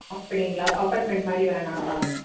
அப்படிங்களா அப்பார்ட்மெண்ட் மாதிரி வேணாங்களா